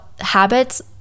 habits